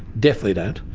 definitely don't,